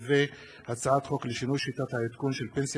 והצעת חוק לשינוי שיטת העדכון של פנסיה תקציבית,